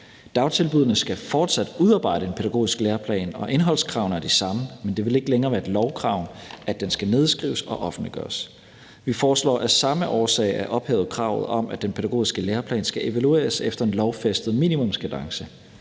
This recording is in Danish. Dagtilbuddene skal fortsat udarbejde en pædagogisk læreplan, og indholdskravene er de samme, men det vil ikke længere være et lovkrav, at den skal nedskrives og offentliggøres. Vi foreslår af samme årsag at ophæve kravet om, at den pædagogiske læreplan skal evalueres efter en lovfæstet minimumskadence.